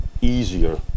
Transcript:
easier